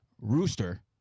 rooster